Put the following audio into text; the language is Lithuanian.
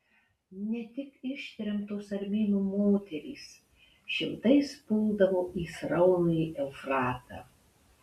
ne tik ištremtos armėnų moterys šimtais puldavo į sraunųjį eufratą